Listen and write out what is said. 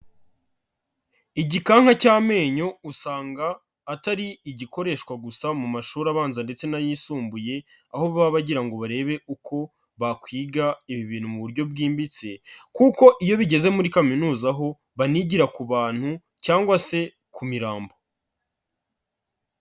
Igikanka cy'amenyo usanga atari igikoreshwa gusa mu mashuri abanza ndetse n'ayisumbuye, aho baba bagira ngo barebe uko bakwiga ibi bintu mu buryo bwimbitse, kuko iyo bigeze muri kaminuza ho banigira ku bantu cyangwa se ku mirambo.